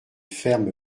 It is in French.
ferme